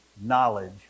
knowledge